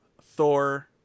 Thor